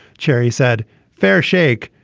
cherry said fair shake.